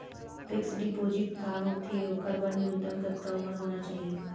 Fix deposit का होथे ओखर बर न्यूनतम कतका उमर होना चाहि?